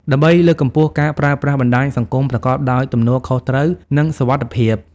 ដើម្បីលើកកម្ពស់ការប្រើប្រាស់បណ្តាញសង្គមប្រកបដោយទំនួលខុសត្រូវ និងសុវត្ថិភាព។